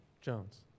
Jones